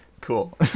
Cool